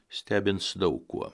stebins daug kuo